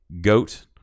goat